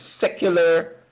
secular